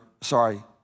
sorry